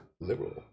Liberal